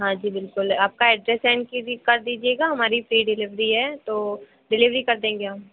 हाँ जी बिल्कुल आपका एड्रैस सेन्ड कर दीजिएगा हमारी फ्री डिलीवरी है तो डिलीवरी कर देंगे हम